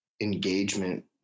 engagement